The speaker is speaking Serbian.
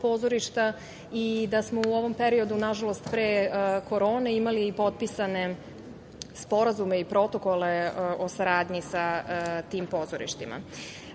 i da smo u ovom periodu nažalost pre korone imali i potpisane sporazume i protokole o saradnji sa tim pozorištima. Ono